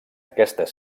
aquestes